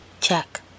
Check